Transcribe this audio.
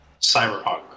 Cyberpunk